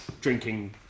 drinking